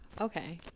Okay